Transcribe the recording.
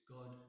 God